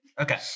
Okay